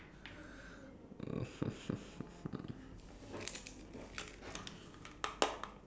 wait let me rearrange my cards just a bit O_C_D okay wait silly right